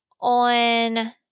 on